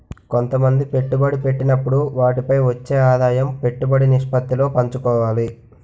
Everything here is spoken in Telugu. కొంతమంది పెట్టుబడి పెట్టినప్పుడు వాటిపై వచ్చే ఆదాయం పెట్టుబడి నిష్పత్తిలో పంచుకోవాలి